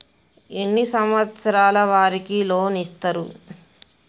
ఎన్ని సంవత్సరాల వారికి లోన్ ఇస్తరు?